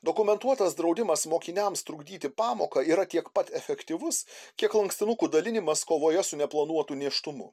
dokumentuotas draudimas mokiniams trukdyti pamoką yra tiek pat efektyvus kiek lankstinukų dalinimas kovoje su neplanuotu nėštumu